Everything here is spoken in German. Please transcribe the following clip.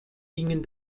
gingen